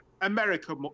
America